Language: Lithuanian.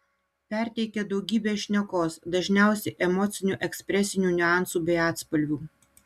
perteikia daugybę šnekos dažniausiai emocinių ekspresinių niuansų bei atspalvių